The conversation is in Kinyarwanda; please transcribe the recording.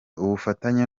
ubufatanye